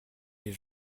des